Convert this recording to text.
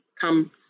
come